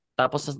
tapos